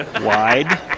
Wide